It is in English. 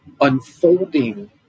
unfolding